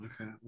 Okay